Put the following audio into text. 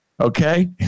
Okay